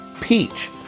peach